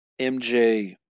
MJ